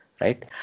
right